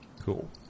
Cool